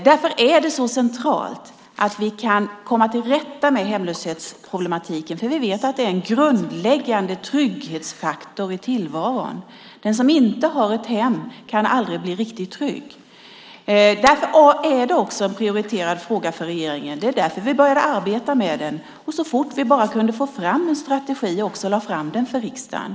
Eftersom vi vet att det är en grundläggande trygghetsfaktor i tillvaron är det centralt att vi kan komma till rätta med hemlöshetsproblematiken. Den som inte har ett hem kan aldrig bli riktigt trygg. Därför är det en prioriterad fråga för regeringen. Det är anledningen till att vi började arbeta med den, och så fort vi hade utarbetat en strategi lade vi fram den för riksdagen.